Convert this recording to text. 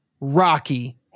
rocky